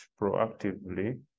proactively